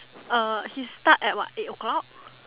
uh he start at what eight o'clock